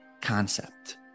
concept